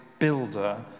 Builder